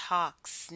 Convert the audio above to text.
Talks